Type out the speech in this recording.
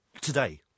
today